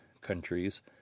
countries